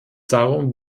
darum